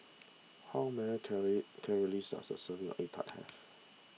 how many calories calories does a serving Egg Tart have